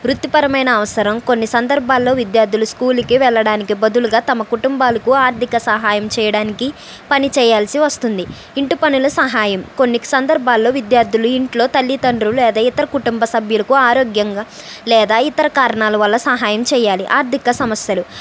ఋతుపరమైన అవసరం కొన్ని సందర్భాల్లో విద్యార్థులు స్కూల్కి వెళ్ళడానికి బదులుగా తమ కుటుంబాలకు ఆర్థిక సహాయం చేయడానికి పనిచేయాల్సి వస్తుంది ఇంటి పనుల సహాయం కొన్ని సందర్భాల్లో విద్యార్థులు ఇంట్లో తల్లిదండ్రులు లేదా ఇతర కుటుంబ సభ్యులకు ఆరోగ్యంగా లేదా ఇతర కారణాల వల్ల సహాయం చెయ్యాలి ఆర్థిక సమస్యలు